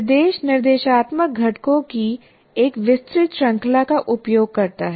निर्देश निर्देशात्मक घटकों की एक विस्तृत श्रृंखला का उपयोग करता है